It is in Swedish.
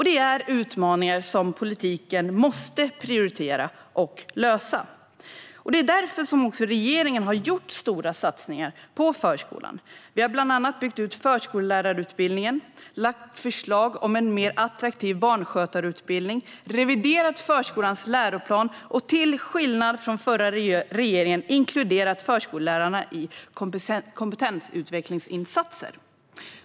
Det är utmaningar som politiken måste prioritera och lösa. Därför har också regeringen gjort stora satsningar på förskolan. Vi har bland annat byggt ut förskollärarutbildningen, lagt fram förslag om en mer attraktiv barnskötarutbildning, reviderat förskolans läroplan och, till skillnad från den förra regeringen, inkluderat förskollärarna i kompetensutvecklingsinsatser.